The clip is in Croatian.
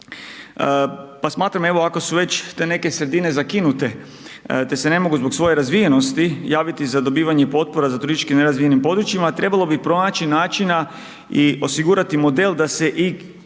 pa smatram evo, ako su već te neke sredine zakinute, te se ne mogu zbog svoje razvijenosti javiti za dobivanje potpora za turistički nerazvijenim područjima, trebalo bi pronaći načina i osigurati modal da se i